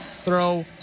throw